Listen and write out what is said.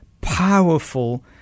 powerful